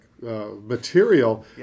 material